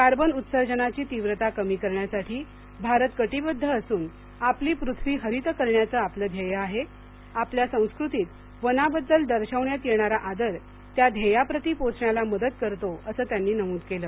carbon उत्सर्जनाची तीव्रता कमी करण्यासाठी भारत कटिबद्ध असून आपली पृथ्वी हरित करण्याचं आपलं ध्येय आहे आपल्या संस्कृतीत वनाबद्दल दर्शवण्यात येणारा आदर त्या ध्येयाप्रती पोचण्याला मदत करतो असं त्यांनी नमूद केलं